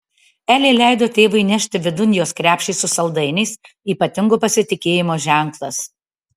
elė leido tėvui įnešti vidun jos krepšį su saldainiais ypatingo pasitikėjimo ženklas